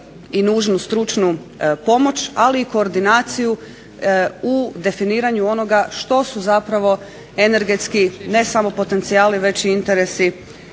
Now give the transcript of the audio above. i nužnu stručnu pomoć, ali i koordinaciju u definiranju onoga što su zapravo energetski ne samo potencijali već i interesi